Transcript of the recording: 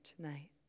tonight